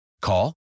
Call